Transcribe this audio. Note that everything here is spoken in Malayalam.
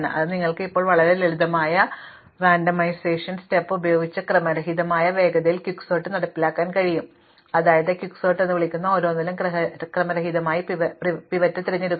അതിനാൽ നിങ്ങൾക്ക് ഇപ്പോൾ വളരെ ലളിതമായ റാൻഡമൈസേഷൻ സ്റ്റെപ്പ് ഉപയോഗിച്ച് ക്രമരഹിതമായ വേഗതയിൽ ക്വിക്ക്സോർട്ട് നടപ്പിലാക്കാൻ കഴിയും അതായത് ക്വിക്സോർട്ട് എന്ന് വിളിക്കുന്ന ഓരോന്നിലും ക്രമരഹിതമായി പിവറ്റ് തിരഞ്ഞെടുക്കുക